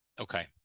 Okay